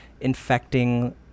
infecting